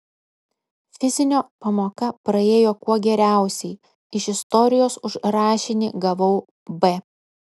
fizinio pamoka praėjo kuo geriausiai iš istorijos už rašinį gavau b